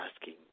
asking